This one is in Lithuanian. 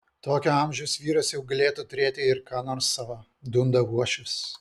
tokio amžiaus vyras jau galėtų turėti ir ką nors savo dunda uošvis